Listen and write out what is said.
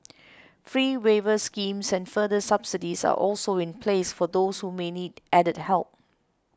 fee waiver schemes and further subsidies are also in place for those who may need added help